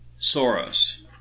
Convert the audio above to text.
Soros